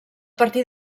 partir